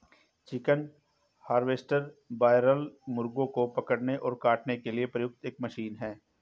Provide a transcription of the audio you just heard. chicken harvester broiler मुर्गों को पकड़ने और काटने के लिए प्रयुक्त एक मशीन है